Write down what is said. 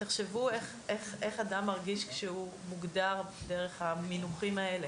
תחשבו איך אדם מרגיש כשהוא מוגדר דרך המינוחים האלה.